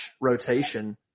rotation